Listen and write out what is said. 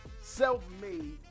self-made